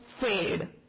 fade